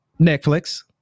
Netflix